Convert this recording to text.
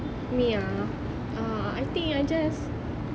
me ah ah I think I just